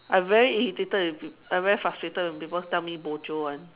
I very irritated be I very frustrated with people telling me bo jio [one]